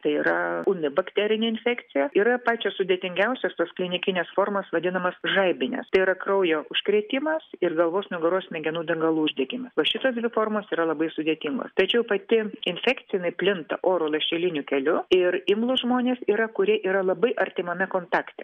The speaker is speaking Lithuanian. tai yra ūmi bakterinė infekcija yra pačios sudėtingiausios tos klinikinės formos vadinamos žaibinės tai yra kraujo užkrėtimas ir galvos nugaros smegenų dangalų uždegimas va šitos dvi formos yra labai sudėtingos tačiau pati infekcija jinai plinta oro lašeliniu keliu ir imlūs žmonės yra kurie yra labai artimame kontakte